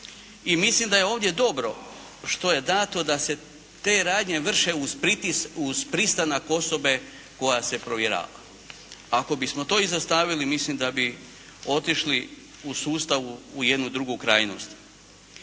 i mislim da je ovdje dobro što je dato da se te radnje vrše uz pristanak osobe koja se provjerava. Ako bismo to izostavili mislim da bi otišli u sustavu u jednu drugu krajnost.